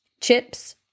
Chips